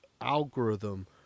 algorithm